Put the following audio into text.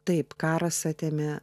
taip karas atėmė